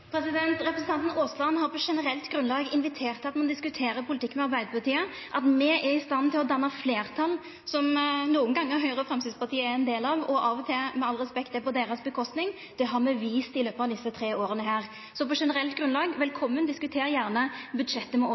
Representanten Aasland har på generelt grunnlag invitert til at ein diskuterer politikk med Arbeidarpartiet. At me er i stand til å danna fleirtal, som nokre gonger Høgre og Framstegspartiet er ein del av, og som av og til – med all respekt – er på deira kostnad, det har me vist i løpet av desse tre åra. Så på generelt grunnlag: Velkommen; diskuter gjerne budsjettet også med oss.